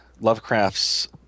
Lovecraft's